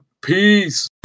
Peace